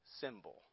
symbol